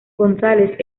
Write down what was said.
gonzález